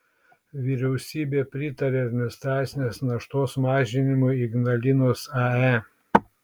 vyriausybė pritarė administracinės naštos mažinimui ignalinos ae